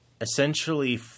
essentially